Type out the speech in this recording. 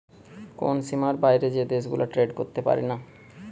কোন সীমার বাইরে যে দেশ গুলা ট্রেড করতে পারিনা